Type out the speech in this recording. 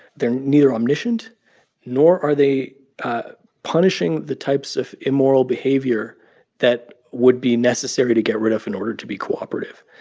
they're neither omniscient nor are they punishing the types of immoral behavior that would be necessary to get rid of in order to be cooperative.